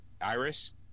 Iris